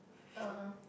(uh huh)